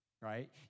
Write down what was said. right